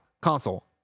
console